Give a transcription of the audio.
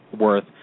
worth